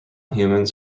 humans